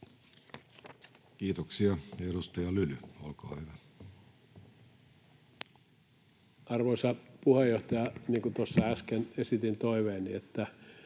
Kiitoksia. — Edustaja Lyly, olkaa hyvä. Arvoisa puheenjohtaja! Niin kuin tuossa äsken esitin toiveeni, että